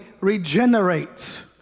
regenerates